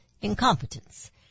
incompetence